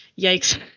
yikes